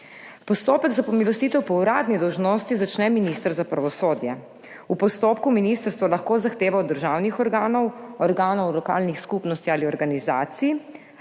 Postopek za pomilostitev po uradni dolžnosti začne minister za pravosodje. V postopku ministrstvo lahko zahteva od državnih organov, organov lokalnih skupnosti ali organizacij